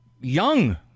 young